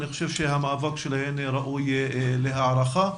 אני חושב שהמאבק שלהם ראוי להערכה.